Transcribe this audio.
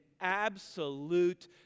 absolute